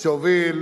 עצמו.